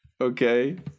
Okay